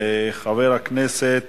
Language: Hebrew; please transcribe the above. חבר הכנסת